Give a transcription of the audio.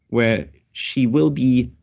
where she will be.